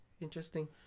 interesting